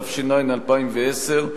התש"ע 2010,